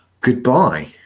goodbye